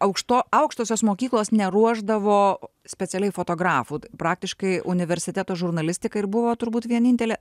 aukšto aukštosios mokyklos neruošdavo specialiai fotografų praktiškai universiteto žurnalistika ir buvo turbūt vienintelė